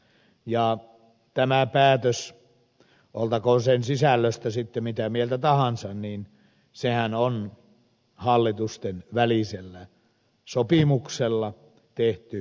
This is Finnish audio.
ja tämä päätöshän oltakoon sen sisällöstä sitten mitä mieltä tahansa on hallitustenvälisellä sopimuksella tehty päätös